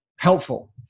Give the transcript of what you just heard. Helpful